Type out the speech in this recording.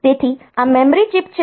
તેથી આ memory chip છે